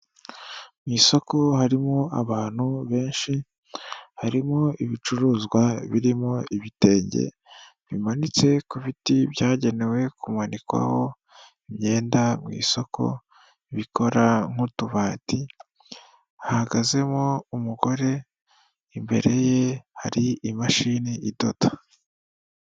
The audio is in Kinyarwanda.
Mwisoko harimo abantu benshi, harimo ibicuruzwa birimo ibitenge bimanitse ku biti byagenewe kumanikwaho imyenda mwisoko bikora nk'utubati, hahagazemo umugore, imbere ye hari imashini idoda.